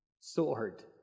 sword